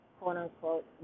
quote-unquote